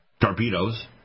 torpedoes